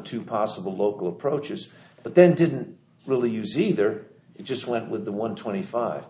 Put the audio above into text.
two possible local approaches but then didn't really use either he just went with the one twenty five